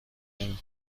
اون